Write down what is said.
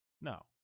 No